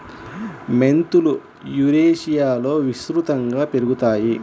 మెంతులు యురేషియాలో విస్తృతంగా పెరుగుతాయి